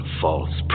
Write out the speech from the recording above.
false